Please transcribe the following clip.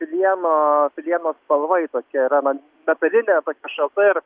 plieno plieno spalva ji tokia yra na metalinė tokia šalta ir